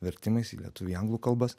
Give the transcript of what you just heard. vertimais į lietuvių į anglų kalbas